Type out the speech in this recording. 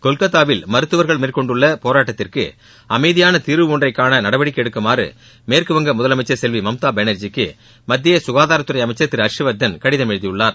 கொல்கத்தாவில் மருத்துவர்கள் மேற்கொண்டுள்ள போராட்டத்திற்கு அமைதியான தீர்வு ஒன்றைக்காண நடவடிக்கை எடுக்குமாறு மேற்கு வங்க முதலமைச்சர் மம்தா பானர்ஜிக்கு மத்திய சுகாதாரத்துறை அமைச்சர் திரு ஹர்ஷ்வர்தன் கடிதம் எழுதியுள்ளார்